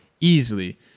easily